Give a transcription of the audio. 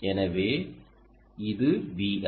எனவே இது Vi